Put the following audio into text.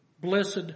blessed